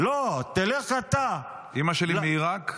לא, תלך אתה --- אימא שלי מעיראק.